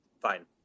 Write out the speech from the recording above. Fine